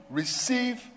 receive